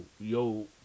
Yo